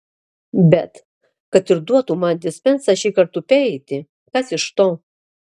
bet kad ir duotų man dispensą šį kartą upe eiti kas iš to